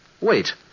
Wait